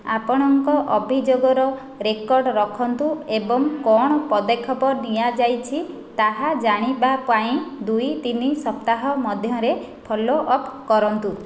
ଆପଣଙ୍କ ଅଭିଯୋଗର ରେକର୍ଡ ରଖନ୍ତୁ ଏବଂ କ'ଣ ପଦକ୍ଷେପ ନିଆଯାଇଛି ତାହା ଜାଣିବାପାଇଁ ଦୁଇ ତିନି ସପ୍ତାହ ମଧ୍ୟରେ ଫଲୋ ଅପ୍ କରନ୍ତୁ